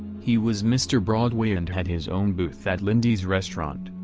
he was mr. broadway and had his own booth at lindy's restaurant,